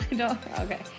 okay